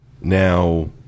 Now